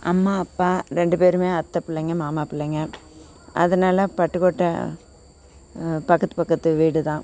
அம்மா அப்பா ரெண்டு பேருமே அத்தை பிள்ளைங்க மாமா பிள்ளைங்க அதனால் பட்டுக்கோட்ட பக்கத்து பக்கத்து வீடு தான்